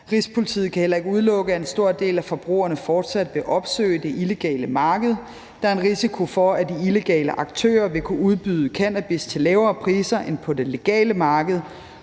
Rigspolitiet kan heller ikke udelukke, at en stor del af forbrugerne fortsat vil opsøge det illegale marked, og der er en risiko for, at de illegale aktører vil kunne udbyde cannabis til lavere priser end på det legale marked,